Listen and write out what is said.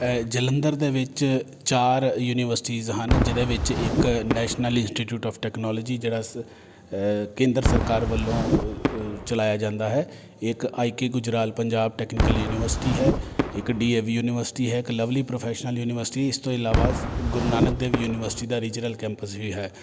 ਜਲੰਧਰ ਦੇ ਵਿੱਚ ਚਾਰ ਯੂਨੀਵਰਸਿਟੀਜ਼ ਹਨ ਜਿਹਦੇ ਵਿੱਚ ਇੱਕ ਨੈਸ਼ਨਲ ਇੰਸਟੀਟਿਊਟ ਆਫ ਟੈਕਨੋਲੋਜੀ ਜਿਹੜਾ ਕੇਂਦਰ ਸਰਕਾਰ ਵੱਲੋਂ ਚਲਾਇਆ ਜਾਂਦਾ ਹੈ ਇੱਕ I K Gujral Punjab technical university ਹੈ ਇੱਕ ਡੀ ਏ ਵੀ ਯੂਨੀਵਰਸਿਟੀ ਹੈ ਇੱਕ ਲਵਲੀ ਪ੍ਰੋਫੈਸ਼ਨਲ ਯੂਨੀਵਰਸਿਟੀ ਇਸ ਤੋਂ ਇਲਾਵਾ ਗੁਰੂ ਨਾਨਕ ਦੇਵ ਯੂਨੀਵਰਸਿਟੀ ਦਾ ਰੀਜਨਲ ਕੈਂਪਸ ਵੀ ਹੈ